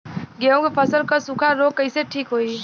गेहूँक फसल क सूखा ऱोग कईसे ठीक होई?